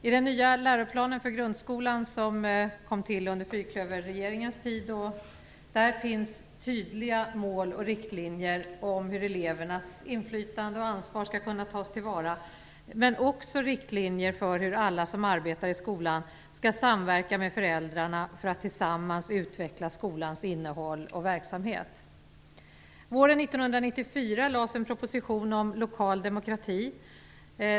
I den nya läroplanen för grundskolan, som kom till under fyrklöverregeringens tid, finns tydliga mål och riktlinjer vad gäller hur elevernas inflytande och ansvar skall kunna tas till vara, men också riktlinjer för hur alla som arbetar i skolan skall samverka med föräldrarna för att tillsammans utveckla skolans innehåll och verksamhet. Våren 1994 lades en proposition om lokal demokrati fram.